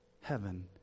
heaven